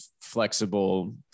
flexible